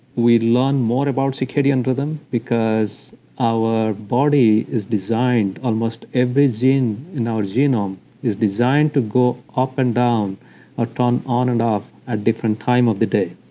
we learn more about circadian rhythm, because our body is designed, almost every gene in our genome is designed to go up and down or turn on and off at different time of the day.